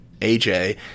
AJ